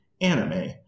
anime